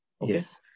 Yes